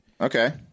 Okay